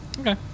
Okay